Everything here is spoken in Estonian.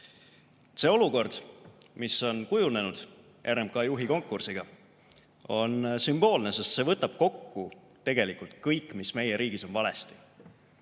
See olukord, mis on kujunenud RMK juhi konkursiga, on sümboolne, sest see võtab kokku tegelikult kõik, mis meie riigis on valesti.